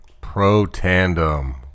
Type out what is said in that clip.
Pro-tandem